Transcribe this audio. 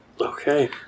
Okay